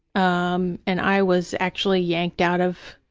um and i was actually yanked out of